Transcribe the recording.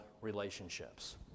relationships